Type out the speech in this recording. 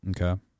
Okay